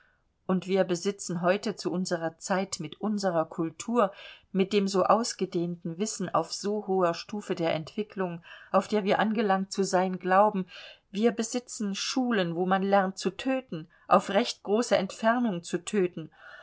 und wir besitzen heute zu unserer zeit mit unserer kultur mit dem so ausgedehnten wissen auf so hoher stufe der entwickelung auf der wir angelangt zu sein glauben wir besitzen schulen wo man lernt zu töten auf recht große entfernung zu töten